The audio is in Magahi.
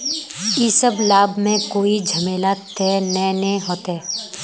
इ सब लाभ में कोई झमेला ते नय ने होते?